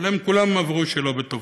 הם כולם עברו שלא בטובתם,